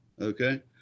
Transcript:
Okay